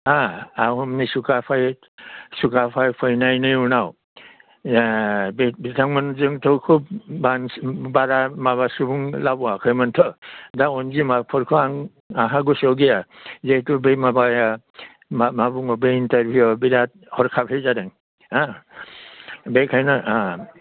हा आहमनि सुकाफा सफैनायनि उनाव बे बिथांमोनजोंथ' खोब मानसि बारा माबा सुबुं लाबोयाखैमोनथ' दा अनजिमाफोरखौ आंहा गोसोआव गैया जिहेतु बे माबाया मा बुङो बे इन्टारभिउआव बिराद हरखाबै जादों हा बेखायनो